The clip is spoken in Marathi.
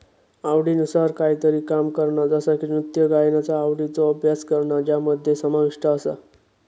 आवडीनुसार कायतरी काम करणा जसा की नृत्य गायनाचा आवडीचो अभ्यास करणा ज्यामध्ये समाविष्ट आसा